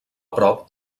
prop